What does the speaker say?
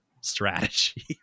strategy